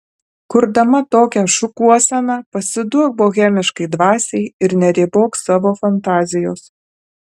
kurdama tokią šukuoseną pasiduok bohemiškai dvasiai ir neribok savo fantazijos